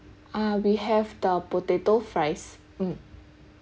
uh we have the potato fries mm